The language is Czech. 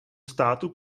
státu